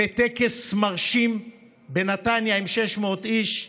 בטקס מרשים בנתניה עם 600 איש,